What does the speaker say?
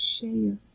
share